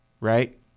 right